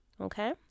okay